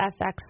FX